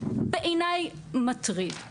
בעיניי מטריד.